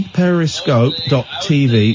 periscope.tv